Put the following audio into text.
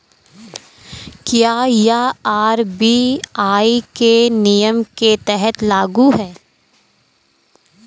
क्या यह आर.बी.आई के नियम के तहत लागू है?